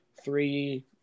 Three –